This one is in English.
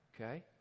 okay